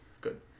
good